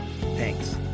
Thanks